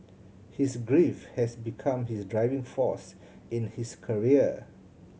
his grief had become his driving force in his career